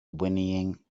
whinnying